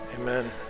Amen